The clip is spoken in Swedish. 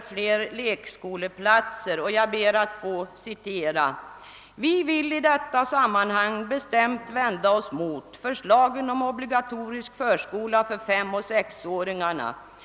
fler lekskoleplatser berörts skriver man där: »Vi vill i detta sammanhang bestämt vända oss mot förslagen om obligatorisk förskola för femoch sexåringarna.